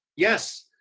yes.